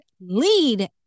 Lead